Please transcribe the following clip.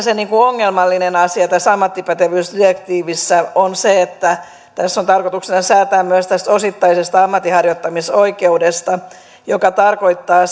se ongelmallinen asia tässä ammattipätevyysdirektiivissä on se että tässä on tarkoituksena säätää myös tästä osittaisesta ammatinharjoittamisoikeudesta joka tarkoittaa